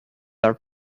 are